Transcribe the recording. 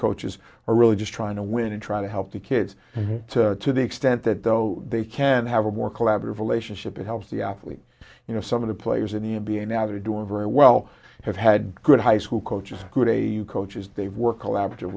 coaches are really just trying to win and try to help the kids to the extent that though they can have a more collaborative relationship it helps the athlete you know some of the players in the n b a now that are doing very well have had good high school coaches who they coaches they've worked